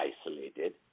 isolated